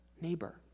neighbor